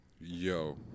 yo